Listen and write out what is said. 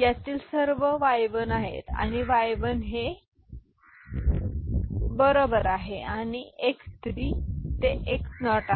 यातील सर्व y1 आहेत हे y1 बरोबर आहे आणि हे x3 ते x 0आहे